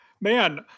Man